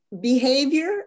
behavior